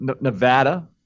Nevada